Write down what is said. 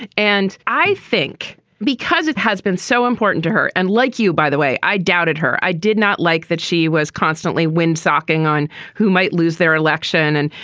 and and i think because it has been so important to her and like you, by the way, i doubted her. i did not like that she was constantly windsock being on who might lose their election. and,